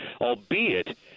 albeit